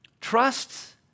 Trust